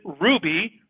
ruby